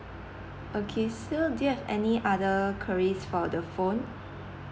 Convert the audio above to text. okay so do you have any other enquiries for the phone